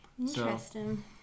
Interesting